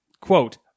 Quote